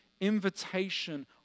invitation